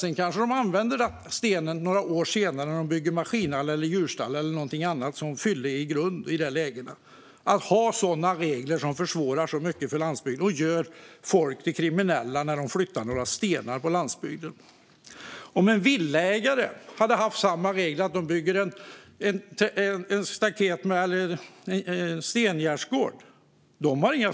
Sedan använder de kanske stenarna några år senare när de bygger maskinhallar eller djurstallar med sten som fyllning till grunden. Hur kan man ha regler som försvårar så mycket för landsbygden och gör folk till kriminella när de flyttar på några stenar? Villaägare har inte samma regler om de skulle bygga en stengärdsgård.